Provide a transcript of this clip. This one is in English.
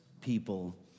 people